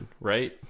right